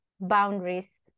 boundaries